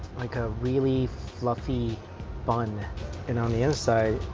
like a really fluffy bun and on the inside,